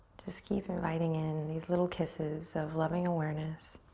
just keep inviting in these little kisses of loving awareness.